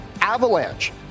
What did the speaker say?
avalanche